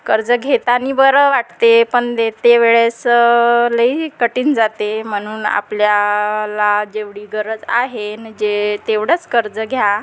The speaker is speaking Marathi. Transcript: कर्ज घेताना बरं वाटते पण देते वेळेस लई कठीण जाते म्हणून आपल्याला जेवढी गरज आहे न जे तेवढंच कर्ज घ्या